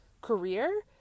career